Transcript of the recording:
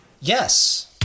Yes